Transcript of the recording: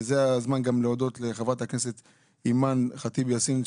וזה הזמן גם להודות לחברת הכנסת אימאן ח'טיב יאסין,